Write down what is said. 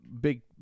big